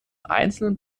einzelnen